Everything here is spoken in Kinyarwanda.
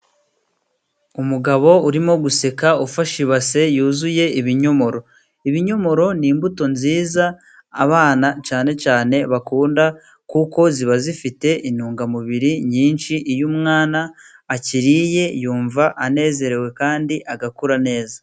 Umugabo urimo guseka ufashe ibase yuzuye ibinyomoro. Ibinyomoro ni imbuto nziza abana cyane cyane bakunda kuko ziba zifite intungamubiri nyinshi, iyo umwana akiriye yumva anezerewe kandi agakura neza.